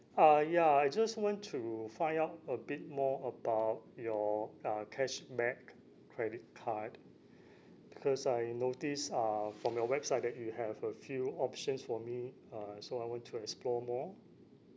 uh ya I just want to find out a bit more about your uh cashback credit card because I noticed uh from your website that you have a few options for me uh so I want to explore more